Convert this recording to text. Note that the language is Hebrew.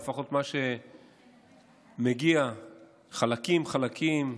לפחות מה שמגיע חלקים-חלקים,